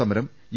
സമരം യു